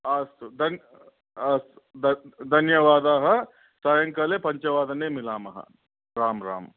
अस्तु धन् अस्तु धन् धन्यवादाः सायङ्काले पञ्चवादने मिलामः राम् राम्